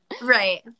right